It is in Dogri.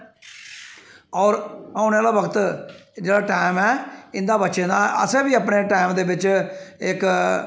होर औने आह्ला बक्त जेह्ड़ा टैम ऐ इं'दा बच्चे दा असें बी अपने टैम दे बिच्च इक